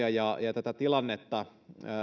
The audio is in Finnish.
meidän työttömyysturvamenoja ja tätä tilannetta